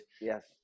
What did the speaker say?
yes